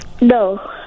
No